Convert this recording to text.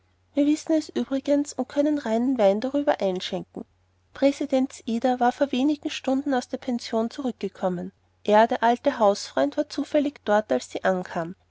wir wissen es übrigens und können reinen wein darüber einschänken präsidents ida war vor wenigen stunden aus der pension zurückgekommen er der alte hausfreund war zufällig dort als sie ankam